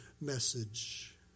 message